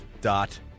dot